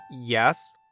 yes